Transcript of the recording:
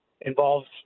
involves